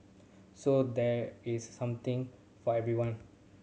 so there is something for everyone